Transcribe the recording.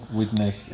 witness